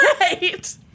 right